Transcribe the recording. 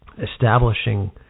establishing